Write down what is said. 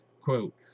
Quote